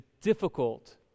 difficult